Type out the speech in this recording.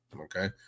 Okay